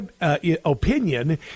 opinion